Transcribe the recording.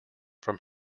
from